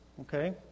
okay